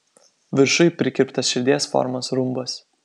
viršuj prikirptas širdies formos rumbas